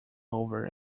over